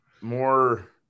more